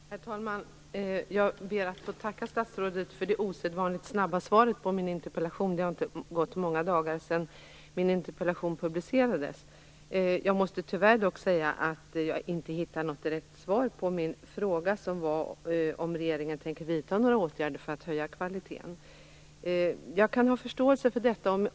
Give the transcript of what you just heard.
Herr talman! Jag ber att få tacka statsrådet för det osedvanligt snabba svaret på min interpellation. Det har inte gått många dagar sedan den publicerades. Tyvärr måste jag dock säga att jag inte hittar något direkt svar på min fråga om regeringen tänker vidta några åtgärder för att höja kvaliteten. Jag kan ha förståelse för detta.